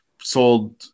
sold